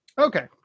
Okay